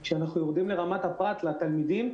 אבל כשמדברים על רמת הפרט, על התלמידים,